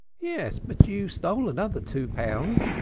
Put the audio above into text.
yes, but you stole another two pounds,